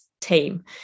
team